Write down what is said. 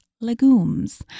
legumes